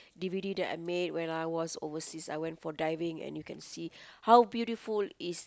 D_V_D that I made when I was overseas I went for diving and you can see how beautiful is